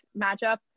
matchup